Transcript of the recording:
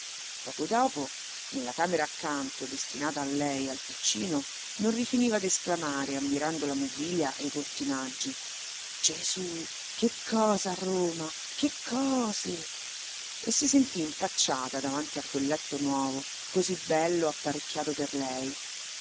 poco dopo nella camera accanto destinata a lei e al piccino non rifiniva d'esclamare ammirando la mobilia e i cortinaggi gesù che cose a roma che cose e si sentì impacciata davanti a quel letto nuovo così bello apparecchiato per lei